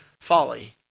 folly